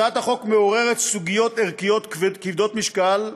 הצעת החוק מעוררת סוגיות ערכיות כבדות משקל.